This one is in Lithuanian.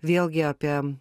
vėlgi apie